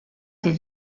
did